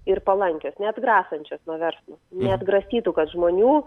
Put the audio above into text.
ir palankios neatgrasančios nuo verslo neatgrasytų kad žmonių